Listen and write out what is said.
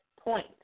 point